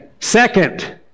Second